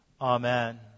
Amen